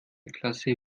klasse